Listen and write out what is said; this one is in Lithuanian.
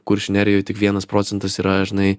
kuršių nerijoj tik vienas procentas yra žinai